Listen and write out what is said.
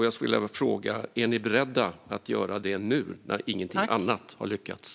Jag skulle vilja fråga: Är ni beredda att göra det nu när ingenting annat har lyckats?